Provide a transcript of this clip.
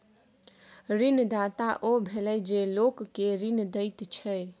ऋणदाता ओ भेलय जे लोक केँ ऋण दैत छै